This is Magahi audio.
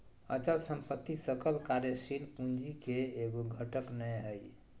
अचल संपत्ति सकल कार्यशील पूंजी के एगो घटक नै हइ